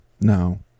no